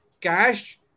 cash